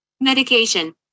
Medication